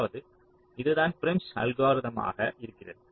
அதாவது இதுதான் ப்ரிம்ஸ் அல்கோரிதமாக Prim's algorithm இருக்கிறது